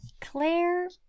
Claire